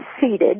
seated